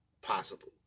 possible